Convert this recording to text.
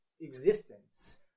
existence